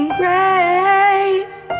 grace